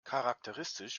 charakteristisch